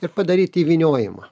ir padaryt įvyniojimą